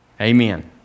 amen